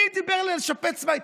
מי דיבר על לשפץ בית?